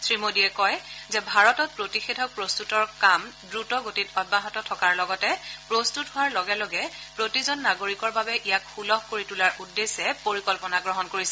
শ্ৰীমোদীয়ে কয় যে ভাৰতত প্ৰতিষেধক প্ৰস্তুতৰ কাম দ্ৰুত গতিত অব্যাহত থকাৰ লগতে প্ৰস্তুত হোৱাৰ লগে লগে প্ৰতিজন নাগৰিকৰ বাবে ইয়াক সুলভ কৰি তোলাৰ উদ্দেশ্যে পৰিকল্পনা কৰা হৈছে